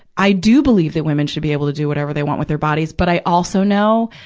i do believe that women should be able to do whatever they want with their bodies. but i also know,